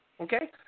Okay